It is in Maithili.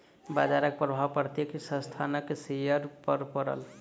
बजारक प्रभाव प्रत्येक संस्थानक शेयर पर पड़ल